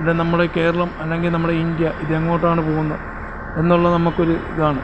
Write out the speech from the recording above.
ഇല്ലെ നമ്മളെ കേരളം അല്ലെങ്കിൽ നമ്മളെ ഇന്ത്യ ഇത് എങ്ങോട്ടാണ് പോകുന്നത് എന്നുള്ള നമുക്കൊരു ഇതാണ്